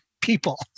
people